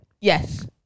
Yes